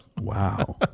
Wow